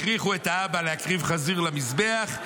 הכריחו את האבא להקריב חזיר על המזבח,